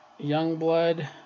Youngblood